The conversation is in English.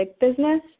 business